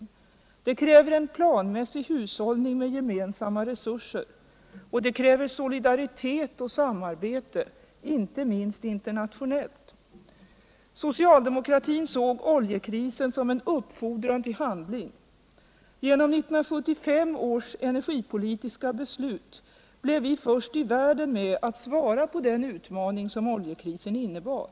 Det kräver en planmässig hushållning med gemensamma resurser. Det kräver solidaritet och samarbete, inte minst internationellt. Socialdemokratin såg oljekrisen som en uppfordran till handling. Genom 1975 års beslut blev vi först i världen med att svara på den utmaning som oljekrisen innebar.